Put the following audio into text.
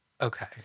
Okay